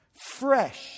fresh